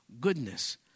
goodness